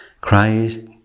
Christ